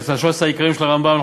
בעזרת 13 העיקרים של הרמב"ם,